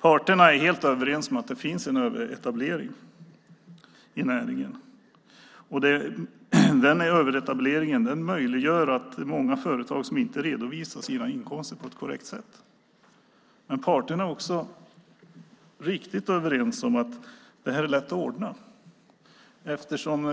Parterna är helt överens om att det finns en överetablering i näringen, och den möjliggör att många företag inte redovisar sina inkomster på ett korrekt sätt. Parterna är också riktigt överens om att det här är lätt att ordna eftersom